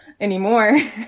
anymore